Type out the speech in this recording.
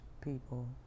people